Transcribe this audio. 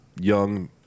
young